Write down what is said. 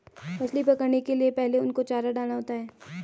मछली पकड़ने के लिए पहले उनको चारा डालना होता है